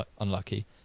unlucky